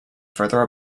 further